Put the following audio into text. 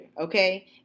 okay